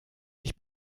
ich